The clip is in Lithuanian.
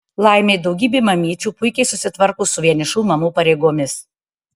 laimei daugybė mamyčių puikiai susitvarko su vienišų mamų pareigomis